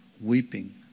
weeping